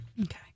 okay